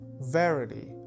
verily